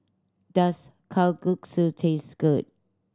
does Kalguksu taste good